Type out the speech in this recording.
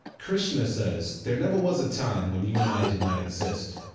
krishna says there never was a time when you and i did not exist,